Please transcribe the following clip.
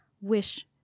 wish